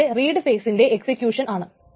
Ti യുടെ read ഫെയിസിന്റെ execution ആണ്